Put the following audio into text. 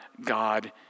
God